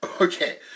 Okay